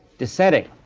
dissenting,